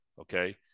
Okay